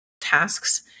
tasks